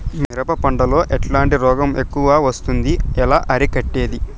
మిరప పంట లో ఎట్లాంటి రోగం ఎక్కువగా వస్తుంది? ఎలా అరికట్టేది?